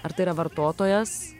ar tai yra vartotojas